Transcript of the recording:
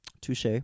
Touche